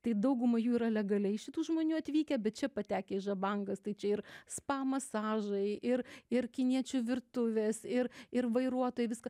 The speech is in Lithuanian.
tai dauguma jų yra legaliai šitų žmonių atvykę bet čia patekę į žabangas tai čia ir spa masažai ir ir kiniečių virtuvės ir ir vairuotojai viską